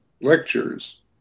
lectures